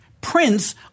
prince